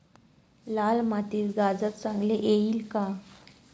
लाल मातीत गाजर चांगले येईल का?